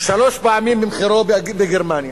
שלוש פעמים מחירו בגרמניה.